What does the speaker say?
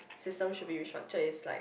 system should be restructured is like